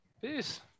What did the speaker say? Peace